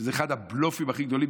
שזה אחד הבלופים הכי גדולים,